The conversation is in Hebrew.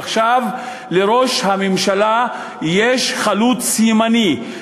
עכשיו, לראש הממשלה יש חלוץ ימני.